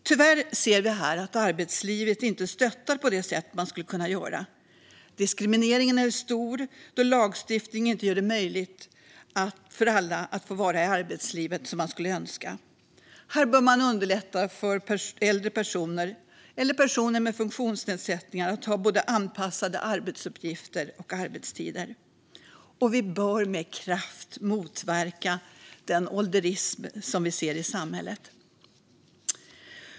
Tyvärr ser vi att arbetslivet inte stöttar på det sätt det skulle kunna göra. Diskrimineringen är stor, då lagstiftning inte gör det möjligt för alla att få vara i arbetslivet på det sätt som de skulle önska. Man bör underlätta för äldre personer och personer med funktionsnedsättningar att ha anpassade arbetsuppgifter och arbetstider. Vi bör med kraft motverka den ålderism som vi ser i samhället.